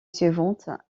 suivante